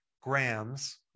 grams